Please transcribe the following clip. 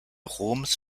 roms